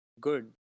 good